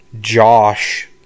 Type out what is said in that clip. josh